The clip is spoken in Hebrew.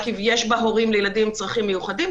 שיש בה הורים לילדים עם צרכים מיוחדים.